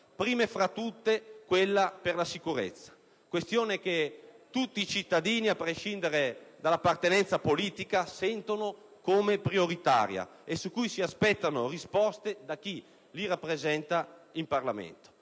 prima fra tutte quella per la sicurezza, questione che tutti i cittadini, a prescindere dall'appartenenza politica, sentono come prioritaria e sui cui si aspettano risposte da chi li rappresenta in Parlamento.